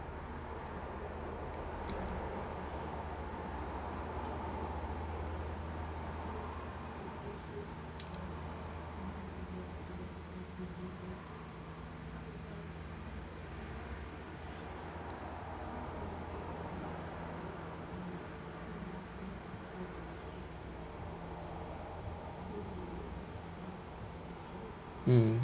mm